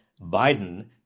Biden